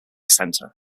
center